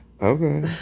okay